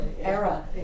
era